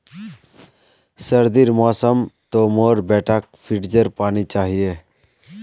सर्दीर मौसम तो मोर बेटाक फ्रिजेर पानी चाहिए